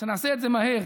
שנעשה את זה מהר,